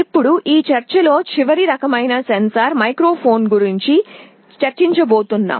ఇప్పుడు ఈ చర్చలో చివరి రకమైన సెన్సార్ మైక్రోఫోన్ గురించి చర్చించబోతున్నాం